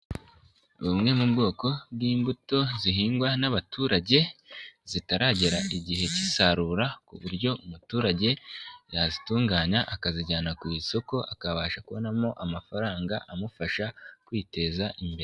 Bumwe mu bwoko bw'imbuto zihingwa n'abaturage, zitaragera igihe k'isarura ku buryo umuturage yazitunganya akazijyana ku isoko, akabasha kubonamo amafaranga amufasha kwiteza imbere.